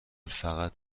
فقط